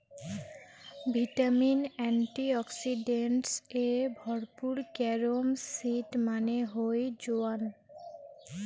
vitamin, antioxidants এ ভরপুর carom seed মানে হই জোয়ান